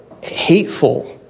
hateful